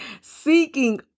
seeking